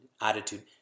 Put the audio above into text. attitude